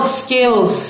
skills